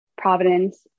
Providence